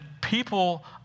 people